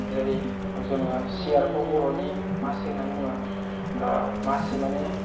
जेरै जोङो चेयारखौ बर'नि मासि होननानै बुङो मासि माने